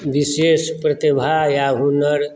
विशेष प्रतिभा या हुनर